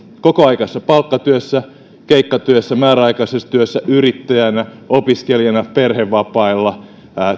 kokoaikaisessa palkkatyössä keikkatyössä määräaikaisessa työssä yrittäjänä opiskelijana perhevapailla